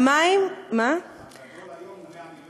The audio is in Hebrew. הגדול היום הוא 100 מיליון קוב.